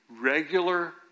regular